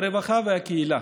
הרווחה והקהילה.